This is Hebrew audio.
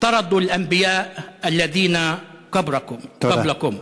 רדפו את הנביאים אשר היו לפניכם").